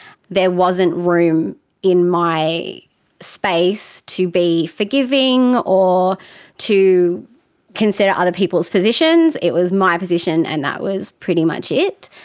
there wasn't room in my space to be forgiving or to consider other people's positions, it was my position and that was pretty much it.